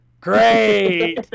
Great